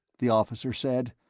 the officer said.